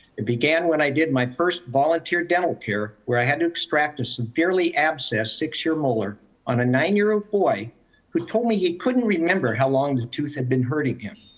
it began when i did my first volunteer dental care, where i had to extract a severely abscessed six year molar on a nine year old boy who told me he couldn't remember how long the tooth had been hurting him.